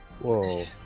Whoa